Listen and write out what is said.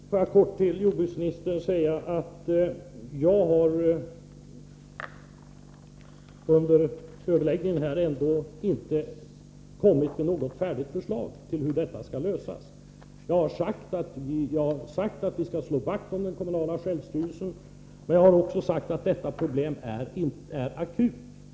Herr talman! Får jag kort till jordbruksministern säga att jag under överläggningen här inte har kommit med något färdigt förslag till hur detta problem skall lösas. Jag har sagt att vi skall slå vakt om den kommunala självstyrelsen, men jag har också sagt att problemet är akut.